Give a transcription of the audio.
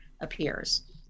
appears